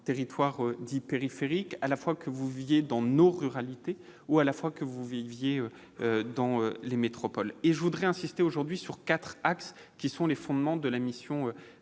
territoire dits périphériques à la fois que vous viviez dans nos ruralités ou à la fois que vous viviez dans les métropoles et je voudrais insister aujourd'hui sur 4 axes : qui sont les fondements de la mission